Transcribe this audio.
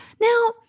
Now